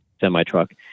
semi-truck